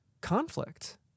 conflict